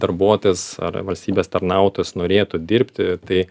darbuotojas ar valstybės tarnautojas norėtų dirbti tai